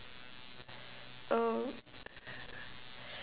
oh